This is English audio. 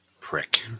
prick